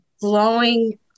glowing